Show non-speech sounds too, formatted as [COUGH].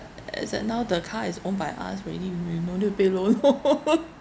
as at now the car is owned by us already we no need to pay loan orh [LAUGHS]